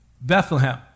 Bethlehem